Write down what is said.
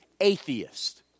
atheist